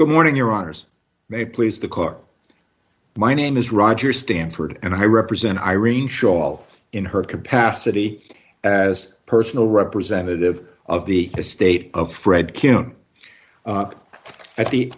good morning your honour's may please the court my name is roger stanford and i represent irene schall in her capacity as personal representative of the state of fred kim at the